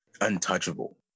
untouchable